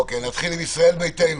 אוקיי, נתחיל עם ישראל ביתנו.